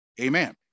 Amen